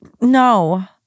no